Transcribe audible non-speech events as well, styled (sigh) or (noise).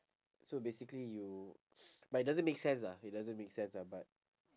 so basically you (noise) but it doesn't make sense lah it doesn't make sense lah but